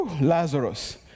Lazarus